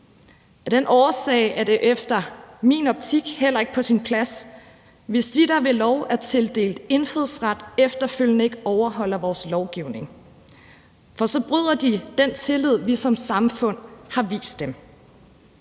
Af den årsag er det i min optik heller ikke på sin plads, hvis de, der ved lov er tildelt indfødsret, efterfølgende ikke overholder vores lovgivning. For så bryder de den tillid, vi som samfund har vist dem.